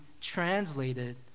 translated